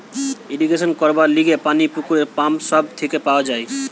irrigation করবার লিগে পানি পুকুর, পাম্প সব থেকে পাওয়া যায়